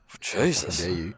Jesus